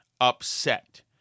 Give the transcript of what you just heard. upset